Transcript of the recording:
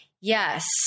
yes